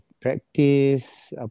practice